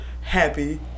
happy